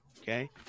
okay